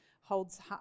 holds